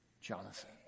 Jonathan